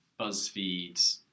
Buzzfeed